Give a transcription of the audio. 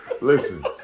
Listen